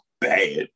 bad